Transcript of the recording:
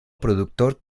productor